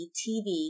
tv